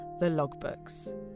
TheLogBooks